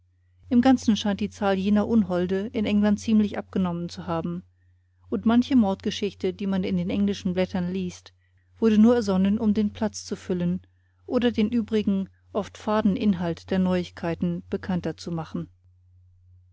im ganzen scheint die zahl jener unholde in england ziemlich abgenommen zu haben und manche mordgeschichte die man in den englischen blättern liest wurde nur ersonnen um den platz zu füllen oder den übrigen oft faden inhalt der neuigkeiten bekannter zu machen